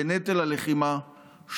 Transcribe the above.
בנטל הלחימה,